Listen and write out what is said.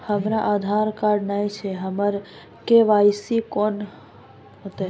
हमरा आधार कार्ड नई छै हमर के.वाई.सी कोना हैत?